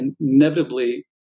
inevitably